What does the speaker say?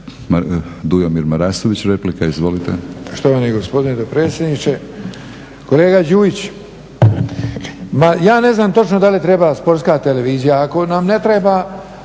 **Marasović, Dujomir (HDZ)** Štovani gospodine dopredsjedniče. Kolega Đujić, ma ja ne znam točno da li treba Sportska televizija. Ako nam ne treba